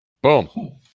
Boom